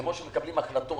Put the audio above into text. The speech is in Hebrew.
כמו שמקבלים החלטות